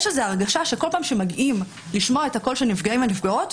יש הרגשה שכל פעם שמגיעים לשמוע את הקול של נפגעים ונפגעות,